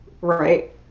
right